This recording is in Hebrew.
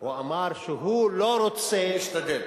הוא אמר שהוא לא רוצה, משתדל.